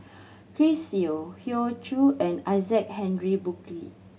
Chris Yeo Hoey Choo and Isaac Henry Burkill